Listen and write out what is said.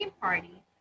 party